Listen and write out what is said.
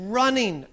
running